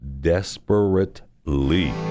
desperately